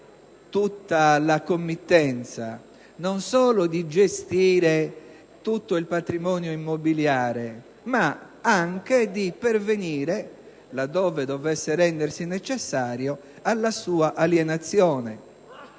tutta la committenza, non solo di gestire tutto il patrimonio immobiliare, ma anche di pervenire, laddove dovesse rendersi necessario, alla sua alienazione.